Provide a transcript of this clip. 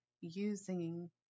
Using